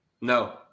No